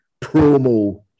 promo